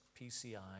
PCI